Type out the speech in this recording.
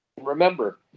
Remember